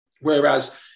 Whereas